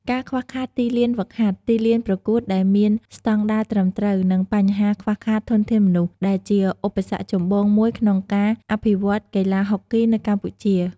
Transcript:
ការខ្វះខាតទីលានហ្វឹកហាត់ ទីលានប្រកួតដែលមានស្ដង់ដារត្រឹមត្រូវ និងបញ្ហាខ្វះខាតធនធានមនុស្ស ដែលជាឧបសគ្គចម្បងមួយក្នុងការអភិវឌ្ឍន៍កីឡាហុកគី នៅកម្ពុជា។